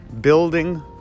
building